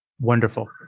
Wonderful